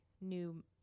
new